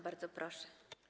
Bardzo proszę.